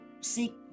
seek